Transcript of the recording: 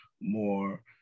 more